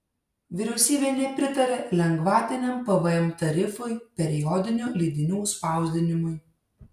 vyriausybė nepritarė lengvatiniam pvm tarifui periodinių leidinių spausdinimui